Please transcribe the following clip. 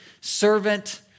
servant